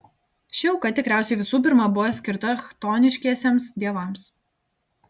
ši auka tikriausiai visų pirma buvo skirta chtoniškiesiems dievams